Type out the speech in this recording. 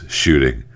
shooting